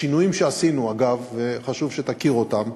השינויים שעשינו, אגב, חשוב שתכיר אותם,